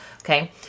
Okay